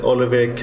Oliver